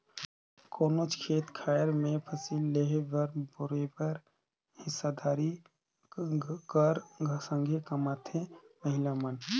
कोनोच खेत खाएर में फसिल लेहे में बरोबेर हिस्सादारी कर संघे कमाथें महिला मन